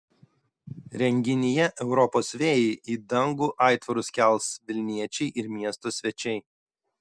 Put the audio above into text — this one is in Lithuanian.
renginyje europos vėjai į dangų aitvarus kels vilniečiai ir miesto svečiai